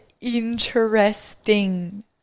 interesting